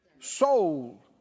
Soul